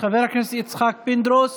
חבר הכנסת יצחק פינדרוס,